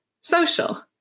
social